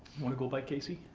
wanna go by casey?